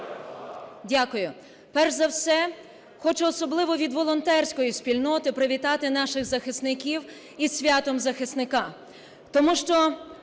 Дякую. Перш за все, хочу особливо від волонтерської спільноти привітати наших захисників із святом захисника.